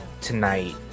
tonight